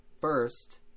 First